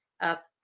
up